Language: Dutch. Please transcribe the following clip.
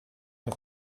nog